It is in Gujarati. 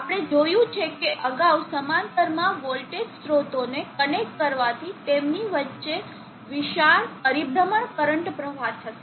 આપણે જોયું છે કે અગાઉ સમાંતરમાં વોલ્ટેજ સ્ત્રોતોને કનેક્ટ કરવાથી તેમની વચ્ચે વિશાળ પરિભ્રમણ કરંટ પ્રવાહ થશે